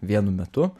vienu metu